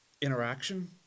interaction